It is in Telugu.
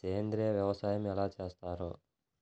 సేంద్రీయ వ్యవసాయం ఎలా చేస్తారు?